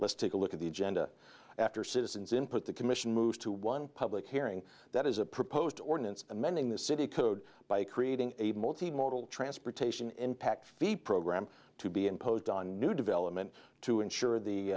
let's take a look at the agenda after citizens input the commission moves to one public hearing that is a proposed ordinance amending the city code by creating a multi modal transportation impact fee program to be imposed on new development to ensure the